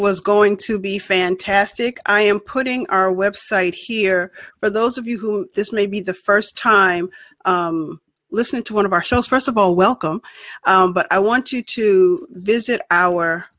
was going to be fantastic i am putting our website here for those of you who this may be the first time listening to one of our shows first of all welcome but i want you to visit our